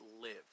live